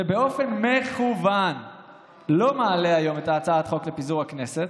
ובאופן מכוון לא מעלה היום את הצעת החוק לפיזור הכנסת.